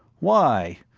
why?